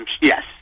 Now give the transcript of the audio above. yes